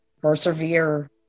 persevere